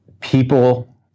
people